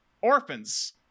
Orphans